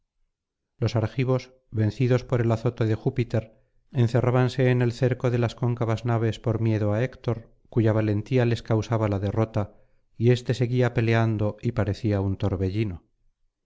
los argivos vencidos por el azote de júpiter encerrábanse en el cerco de las cóncavas naves por miedo á héctor cuya valentía les causábala derrota y éste seguía peleando y parecía un torbellino